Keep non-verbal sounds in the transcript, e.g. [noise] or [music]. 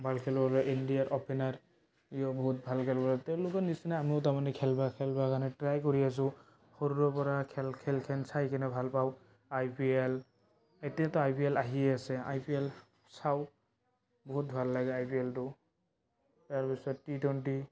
ভাল [unintelligible] ইণ্ডিয়াৰ অপেনাৰ ইও বহুত ভাল [unintelligible] তেওঁলোকৰ নিচিনা আমিও তাৰমানে খেলিব খেলিবৰ কাৰণে ট্ৰাই কৰি আছোঁ সৰুৰেপৰা খেলখন চাইকেনে ভাল পাওঁ আই পি এল এতিয়াতো আই পি এল আহি আছে আই পি এল চাওঁ বহুত ভাল লাগে আই পি এলটো তাৰপিছত টি টুৱেণ্টি